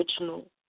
original